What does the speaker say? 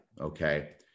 okay